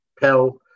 Pell